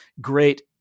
great